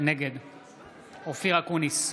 נגד אופיר אקוניס,